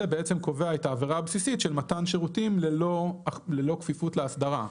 בעצם קובע את העבירה הבסיסית של מתן שירותים ללא כפיפות לאסדרה,